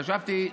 חשבתי,